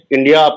India